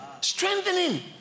Strengthening